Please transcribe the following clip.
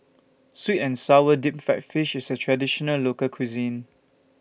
Sweet and Sour Deep Fried Fish IS A Traditional Local Cuisine